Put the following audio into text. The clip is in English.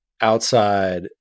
outside